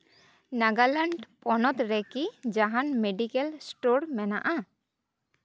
ᱱᱟᱜᱟᱞᱮᱱᱰ ᱯᱚᱱᱚᱛ ᱨᱮᱠᱤ ᱡᱟᱦᱟᱱ ᱢᱮᱰᱤᱠᱮᱞ ᱥᱴᱳᱨ ᱢᱮᱱᱟᱜᱼᱟ